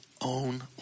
own